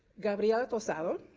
gabriella tosado.